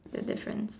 the difference